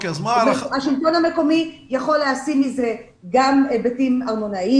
השלטון המקומי יכול להוציא מזה גם היבטים של ארנונה,